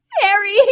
Harry